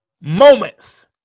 Moments